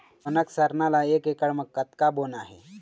कनक सरना ला एक एकड़ म कतक बोना हे?